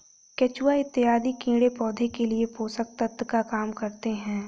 केचुआ इत्यादि कीड़े पौधे के लिए पोषक तत्व का काम करते हैं